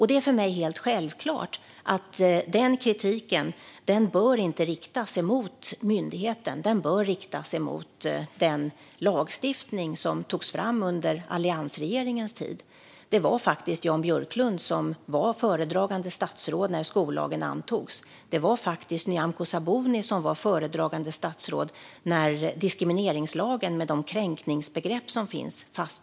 Det är för mig helt självklart att den kritiken inte bör riktas mot myndigheten. Den bör riktas mot den lagstiftning som togs fram under alliansregeringens tid. Det var faktiskt Jan Björklund som var föredragande statsråd när skollagen antogs. Det var Nyamko Sabuni som var föredragande statsråd när diskrimineringslagen med de kränkningsbegrepp som fanns antogs.